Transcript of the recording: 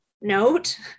note